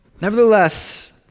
Nevertheless